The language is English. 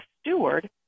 steward